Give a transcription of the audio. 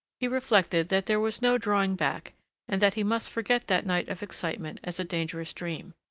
he reflected that there was no drawing back and that he must forget that night of excitement as a dangerous dream.